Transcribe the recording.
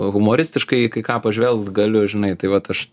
humoristiškai į kai ką pažvelgt galiu žinai tai vat aš